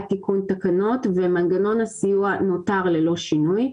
לתיקון התקנות ומנגנון הסיוע נותר ללא שינוי.